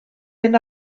mynd